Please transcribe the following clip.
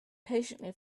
patiently